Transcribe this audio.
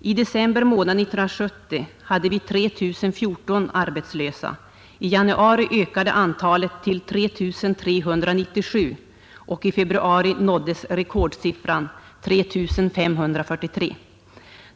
I december månad 1970 hade vi 3 014 arbetslösa, i januari ökade antalet till 3397 och i februari nåddes rekordsiffran 3 543.